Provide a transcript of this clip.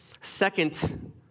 Second